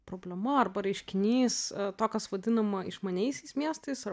problema arba reiškinys to kas vadinama išmaniaisiais miestais ar